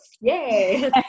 yay